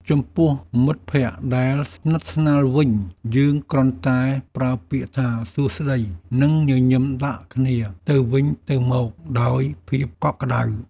ចំពោះមិត្តភក្តិដែលស្និទ្ធស្នាលវិញ យើងគ្រាន់តែប្រើពាក្យថាសួស្ដីនិងញញឹមដាក់គ្នាទៅវិញទៅមកដោយភាពកក់ក្តៅ។